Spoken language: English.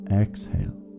exhale